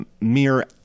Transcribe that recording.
mere